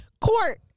court